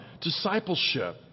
Discipleship